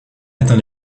atteint